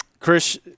Chris